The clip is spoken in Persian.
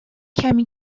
کمی